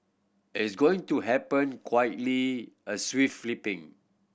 it's going to happen quietly a flipping